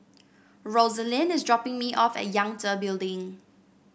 Rosalind is dropping me off at Yangtze Building